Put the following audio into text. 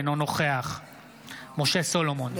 אינו נוכח משה סולומון,